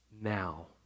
now